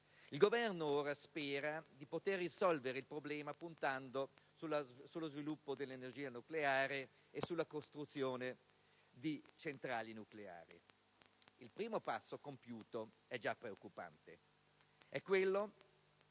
Il Governo ora spera di poter risolvere il problema puntando sullo sviluppo dell'energia nucleare e sulla costruzione di centrali nucleari. Il primo passo compiuto è già preoccupante: